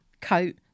coat